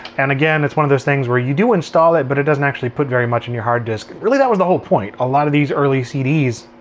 and again, it's one of those things where you do install it, but it doesn't actually put very much in your hard disk. really that was the whole point. a lot of these early cds,